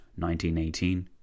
1918